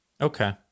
Okay